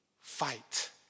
fight